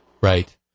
Right